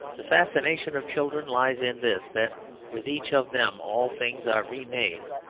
the fascination of children lies in this that with each of them all things are remade,